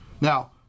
Now